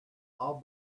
all